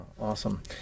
Awesome